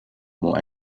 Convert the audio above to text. more